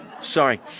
Sorry